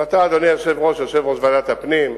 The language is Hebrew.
אבל אתה, אדוני היושב-ראש, יושב-ראש ועדת הפנים,